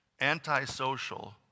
antisocial